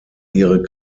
ihre